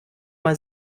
mal